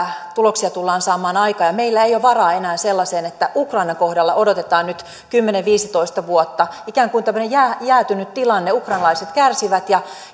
tuloksia tullaan saamaan aikaan ja meillä ei ole varaa enää sellaiseen että ukrainan kohdalla odotetaan nyt kymmenen viiva viisitoista vuotta on ikään kuin tämmöinen jäätynyt jäätynyt tilanne ukrainalaiset kärsivät ja